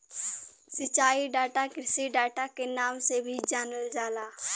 सिंचाई डाटा कृषि डाटा के नाम से भी जानल जाला